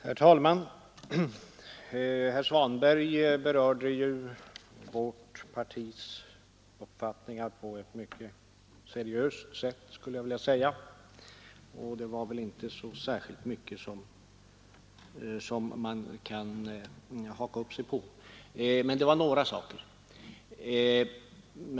Herr talman! Herr Svanberg berörde ju vårt partis uppfattningar på ett mycket seriöst sätt, skulle jag vilja säga, och det var väl inte så särskilt mycket som man kunde haka upp sig på. Men det var några saker.